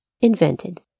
invented